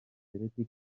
seretse